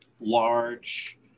large